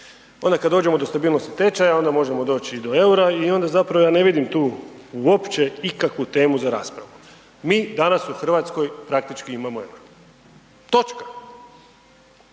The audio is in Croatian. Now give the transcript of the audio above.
Onda kada dođemo do stabilnosti tečaja onda možemo doći i do eura i onda zapravo ja ne vidim tu opće ikakvu temu za raspravu. Mi danas u Hrvatskoj praktički imamo euro.